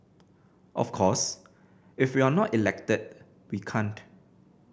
of course if we're not elected we can't